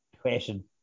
question